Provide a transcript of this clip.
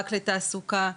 רק לתעסוקה,